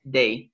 day